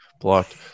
blocked